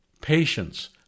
patience